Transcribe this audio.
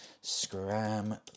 Scram